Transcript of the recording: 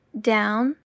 down